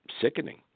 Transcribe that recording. sickening